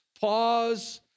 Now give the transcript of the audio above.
pause